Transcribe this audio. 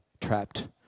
trapped